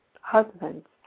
Husbands